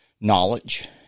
knowledge